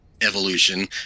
evolution